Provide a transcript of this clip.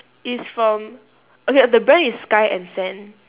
it's from okay the brand is sky and sand